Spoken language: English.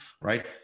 right